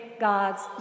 God's